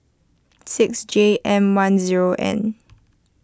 six J M one zero N